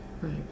right